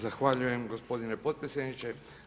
Zahvaljujem gospodine potpredsjedniče.